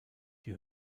die